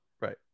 Right